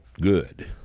good